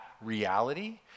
reality